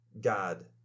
God